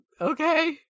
Okay